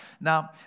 Now